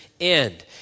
end